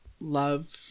love